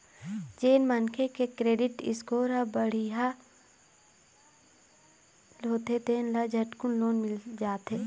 जेन मनखे के क्रेडिट स्कोर ह बड़िहा होथे तेन ल झटकुन लोन मिल जाथे